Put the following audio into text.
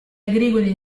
agricoli